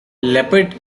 leopard